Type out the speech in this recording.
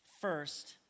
first